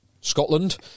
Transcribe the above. Scotland